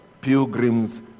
Pilgrim's